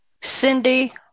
Cindy